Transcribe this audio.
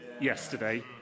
yesterday